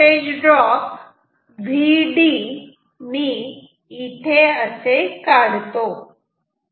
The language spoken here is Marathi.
हे होल्टेज ड्रॉप Vd मी इथे काढतो